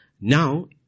Now